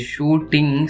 Shooting